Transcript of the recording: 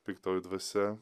piktoji dvasia